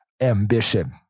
ambition